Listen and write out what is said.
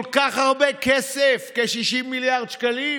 כל כך הרבה כסף, כ-60 מיליארד שקלים.